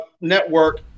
network